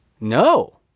No